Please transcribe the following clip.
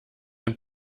ein